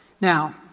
Now